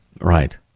Right